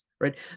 right